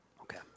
Okay